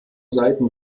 seiten